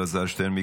אלעזר שטרן,